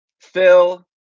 Phil